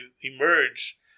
emerge